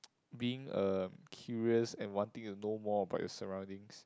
being uh curious and wanting to know more about your surroundings